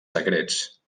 secrets